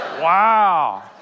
Wow